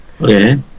okay